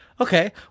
Okay